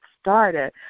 started